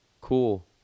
cool